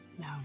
no